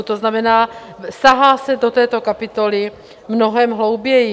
To znamená, sahá se do této kapitoly mnohem hlouběji.